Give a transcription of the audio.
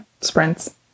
sprints